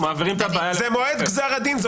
זה מועד גזר הדין.